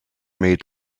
made